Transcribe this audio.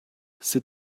sit